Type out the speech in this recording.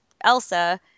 Elsa